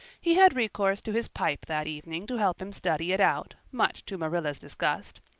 he had recourse to his pipe that evening to help him study it out, much to marilla's disgust.